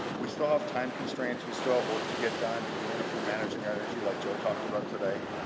we still have time-constraints, we still have work to get done, even if we're managing energy like joe talked about today.